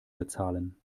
bezahlen